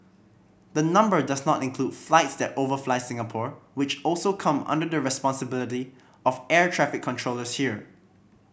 the number does not include flights that overfly Singapore which also come under the responsibility of air traffic controllers here